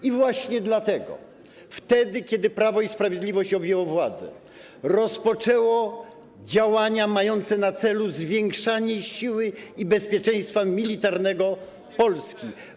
I właśnie dlatego, kiedy Prawo i Sprawiedliwość objęło władzę, rozpoczęło działania mające na celu zwiększanie siły i bezpieczeństwa militarnego Polski.